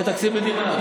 ויהיה תקציב מדינה,